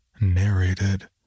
Narrated